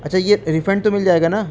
اچھا یہ ریفنڈ تو مل جائے گا نا